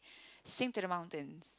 sing to the mountains